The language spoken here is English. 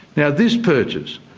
yeah this purchase,